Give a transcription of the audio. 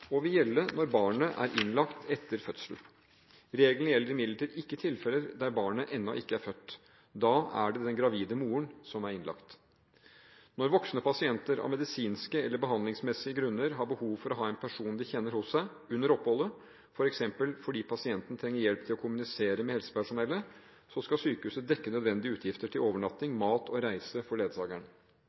etter fødsel. Reglene gjelder imidlertid ikke i tilfeller der barnet ennå ikke er født. Da er det den gravide moren som er innlagt. Når voksne pasienter av medisinske eller behandlingsmessige grunner har behov for å ha en person de kjenner hos seg, under oppholdet, f.eks. fordi pasienten trenger hjelp til å kommunisere med helsepersonellet, skal sykehuset dekke de nødvendige utgifter til overnatting, mat og reise for ledsageren.